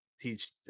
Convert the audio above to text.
teach